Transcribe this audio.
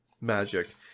Magic